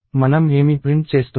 మనం ఏమి ప్రింట్ చేస్తున్నాము